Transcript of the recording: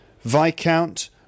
viscount